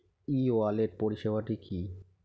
ই wallet পরিষেবাটি কি?